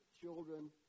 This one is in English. children